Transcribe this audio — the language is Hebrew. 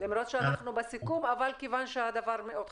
למרות שאנחנו בסיכום, אבל כיוון שהדבר מאוד חשוב.